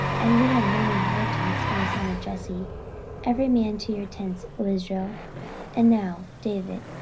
and we have none inheritance in the son of jesse every man to your tents, o israel and now, david,